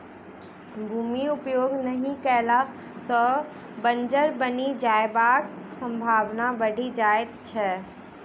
भूमि उपयोग नहि कयला सॅ बंजर बनि जयबाक संभावना बढ़ि जाइत छै